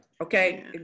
okay